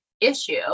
issue